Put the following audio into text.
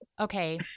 Okay